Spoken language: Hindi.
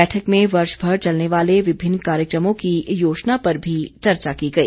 बैठक में वर्ष भर चलने वाले विभिन्न कार्यक्रमों की योजना पर भी चर्चा की गई